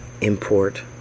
import